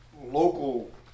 local